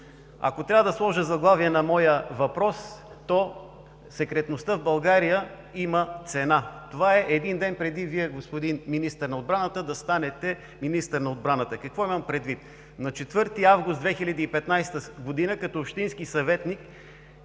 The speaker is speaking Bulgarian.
Ако трябва да сложа заглавие на моя въпрос, то е: „Секретността в България има цена.“ Това е един ден преди, Вие, господин Министър на отбраната, да станете министър на отбраната. Какво имам предвид? На 4 август 2015 г. като общински съветник